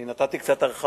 אני נתתי קצת הרחבה,